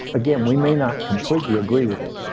again, we may not completely agree with it.